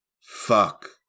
Fuck